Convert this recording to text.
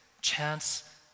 chance